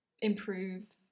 improve